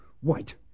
White